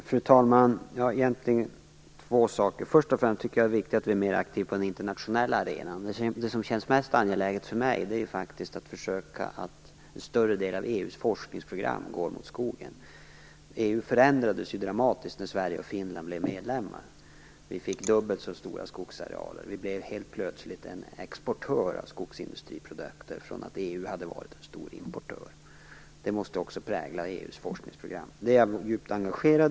Fru talman! Jag vill ta upp två saker. Först och främst tycker jag att det är viktigt att vi är mer aktiva på den internationella arenan. Det som känns mest angeläget för mig är faktiskt att försöka rikta en större del av EU:s forskningsprogram mot skogen. EU förändrades ju dramatiskt när Sverige och Finland blev medlemmar. Vi fick dubbelt så stora skogsarealer. EU blev helt plötsligt en exportör av skogsindustriprodukter från att ha varit en stor importör. Det måste också prägla EU:s forskningsprogram. Det är jag djupt involverad i.